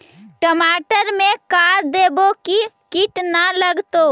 टमाटर में का देबै कि किट न लगतै?